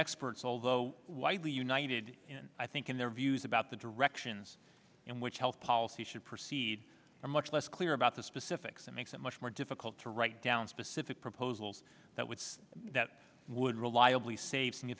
experts although widely united in i think in their views about the directions in which health policy should proceed are much less clear about the specifics and makes it much more difficult to write down specific proposals that would that would reliably save